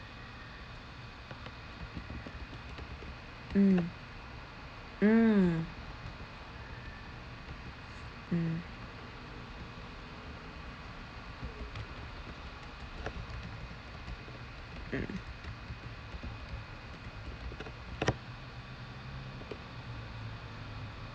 mm mm mm mm